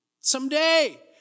Someday